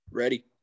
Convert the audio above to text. ready